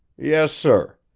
yes, sir.